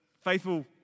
faithful